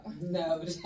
No